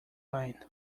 line